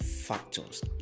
factors